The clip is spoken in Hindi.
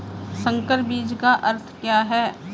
संकर बीज का अर्थ क्या है?